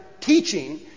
teaching